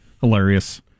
Hilarious